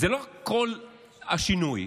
זה לא כל השינוי.